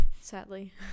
Sadly